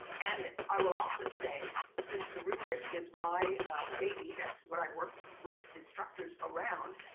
and i will also say since the rubric is my baby, that's what i worked with instructors around,